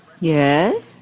Yes